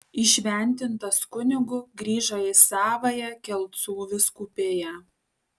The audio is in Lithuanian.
įšventintas kunigu grįžo į savąją kelcų vyskupiją